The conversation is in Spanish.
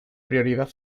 prioridad